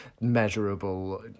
Measurable